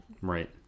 Right